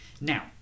Now